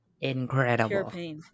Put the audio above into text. incredible